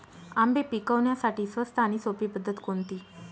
आंबे पिकवण्यासाठी स्वस्त आणि सोपी पद्धत कोणती?